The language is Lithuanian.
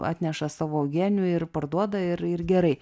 atneša savo uogienių ir parduoda ir ir gerai